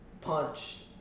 punch